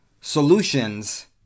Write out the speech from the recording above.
Solutions